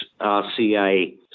RCA